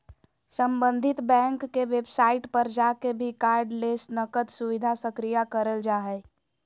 सम्बंधित बैंक के वेबसाइट पर जाके भी कार्डलेस नकद सुविधा सक्रिय करल जा हय